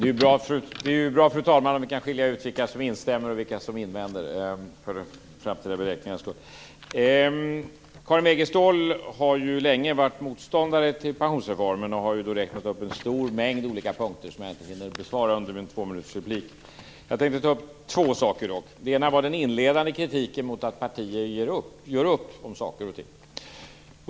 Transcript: Fru talman! Karin Wegestål har ju länge varit motståndare till pensionsreformen och har räknat upp en stor mängd olika punkter som jag inte hinner besvara under min tvåminutersreplik. Jag tänkte dock ta upp två saker. Den ena gäller den inledande kritiken mot att partier gör upp om saker och ting.